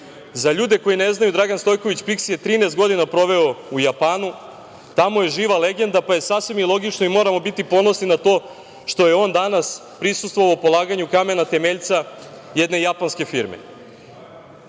ljude koji ne znaju, Dragan Stojković Piksi je 13 godina proveo u Japanu, tamo je živa legenda, pa je sasvim i logično i moramo biti ponosni na to što je on danas prisustvovao polaganju kamena temeljca jedne japanske